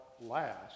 last